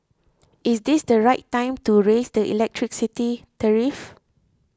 is this the right time to raise the electricity tariff